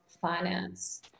finance